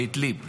באידליב הסורית.